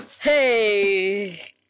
hey